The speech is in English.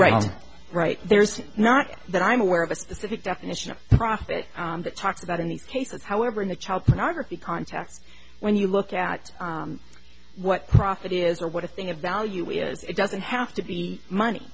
right right there's not that i'm aware of a specific definition of profit that talks about in these cases however in the child pornography context when you look at what profit is or what a thing of value is it doesn't have to be money